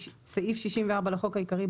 סעיף 64 לחוק העיקרי,